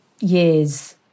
years